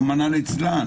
רחמנא לצלן